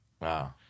Wow